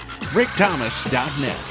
rickthomas.net